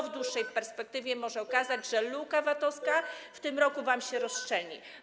W dłuższej perspektywie może się okazać, że luka VAT-owska w tym roku wam się rozszczelni.